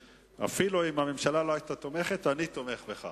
אפילו אם הממשלה לא היתה תומכת, אני תומך בך.